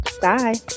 Bye